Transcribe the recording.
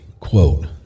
quote